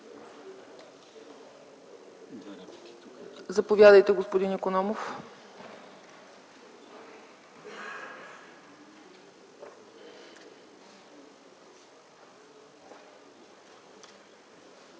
Заповядайте, господин Икономов.